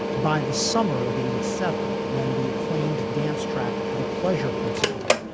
by the summer of eighty seven when the acclaimed dance track the pleasure principle.